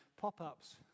pop-ups